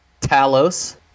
Talos